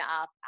up